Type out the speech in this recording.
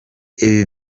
ibi